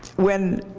when